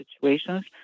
situations